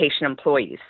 employees